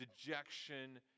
dejection